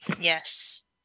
yes